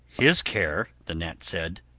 his care, the gnat said,